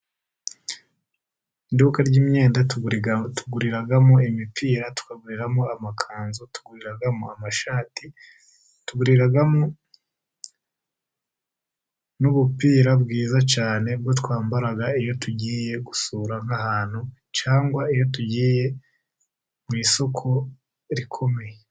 Iduka ry'imyenda tuguriramo imipira, tukaguriramo amakanzu, tuguriramo amashati, tuguriramo n'ubupira bwiza cyane bwo kwambara iyo tugiye gusura nk'ahantu, cyangwa iyo tugiye mu isoko rikomeye.